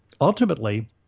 Ultimately